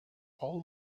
all